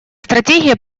стратегия